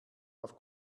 auf